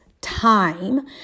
time